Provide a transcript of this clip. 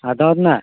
అర్ధమవుతుందా